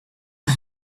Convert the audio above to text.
was